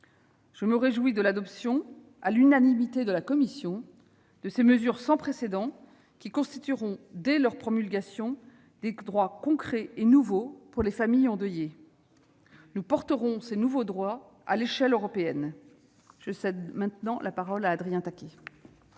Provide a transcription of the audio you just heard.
Je me réjouis de l'adoption, à l'unanimité de la commission, de ces mesures sans précédent, qui constitueront dès leur promulgation des droits concrets pour les familles endeuillées. Nous porterons ces nouveaux droits à l'échelle européenne. Je cède la parole à Adrien Taquet.